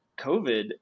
COVID